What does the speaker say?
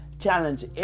challenge